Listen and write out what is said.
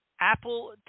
Apple